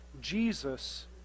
Jesus